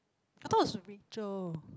I thought is Rachel